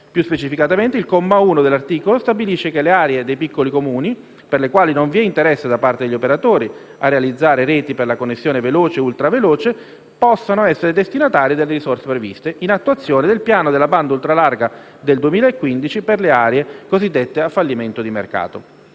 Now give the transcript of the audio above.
Più specificatamente il comma 1 dell'articolo stabilisce che le aree dei piccoli Comuni, per le quali non vi è interesse da parte degli operatori a realizzare reti per la connessione veloce e ultraveloce, possano essere destinatarie delle risorse previste, in attuazione del piano per la banda ultra larga del 2015, per le aree cosiddette a fallimento di mercato.